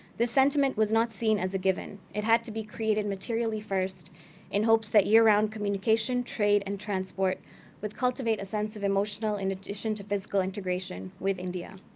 this sentiment was not seen as a given. it had to be created materially first in hopes that year-round communication, trade, and transport would cultivate a sense of emotional in addition to physical integration with india.